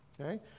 okay